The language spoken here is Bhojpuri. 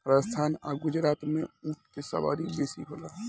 राजस्थान आ गुजरात में ऊँट के सवारी बेसी होला